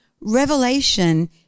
Revelation